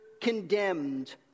condemned